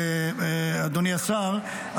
אדוני השר,